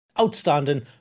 outstanding